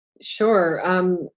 Sure